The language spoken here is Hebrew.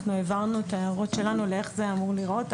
אנחנו העברנו את ההערות שלנו לאיך זה אמור להיראות.